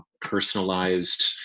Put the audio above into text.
personalized